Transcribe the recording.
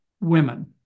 women